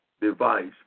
device